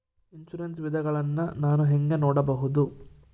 Insurance ವಿಧಗಳನ್ನ ನಾನು ಹೆಂಗ ನೋಡಬಹುದು?